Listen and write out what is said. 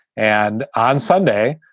and on sunday,